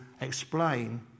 explain